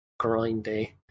grindy